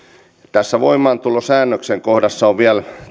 tässä voimaantulosäännöksen kohdassa vielä